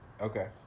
Okay